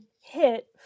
hit